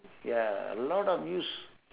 ya a lot of use